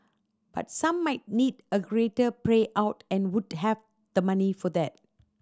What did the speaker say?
but some might need a greater pray out and would have the money for that